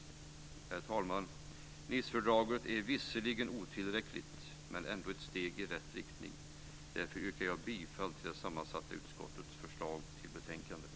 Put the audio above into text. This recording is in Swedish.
Herr talman! Nicefördraget är visserligen otillräckligt men ändå ett steg i rätt riktning. Därför yrkar jag bifall till det sammansatta utskottets förslag i betänkandet.